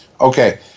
Okay